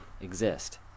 exist